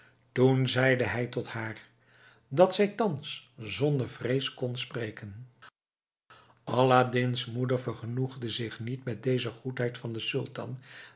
toen zeide hij tot haar dat zij thans zonder vrees kon spreken aladdin's moeder vergenoegde zich niet met deze goedheid van den sultan